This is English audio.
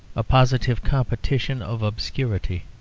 a positive competition of obscurity.